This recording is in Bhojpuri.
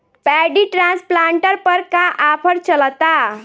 पैडी ट्रांसप्लांटर पर का आफर चलता?